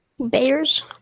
Bears